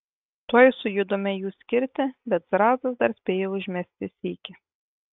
tuoj sujudome jų skirti bet zrazas dar spėjo užmesti sykį